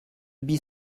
bis